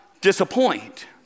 disappoint